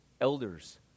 elders